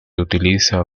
utiliza